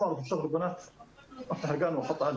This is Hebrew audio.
מדובר כאן באתגר שהוא בין-משרדי,